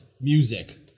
music